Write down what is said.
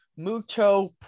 Muto